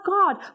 God